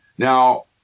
Now